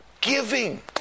giving